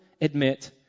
admit